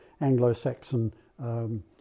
Anglo-Saxon